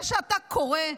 זה שאתה קורא לנו,